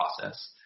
process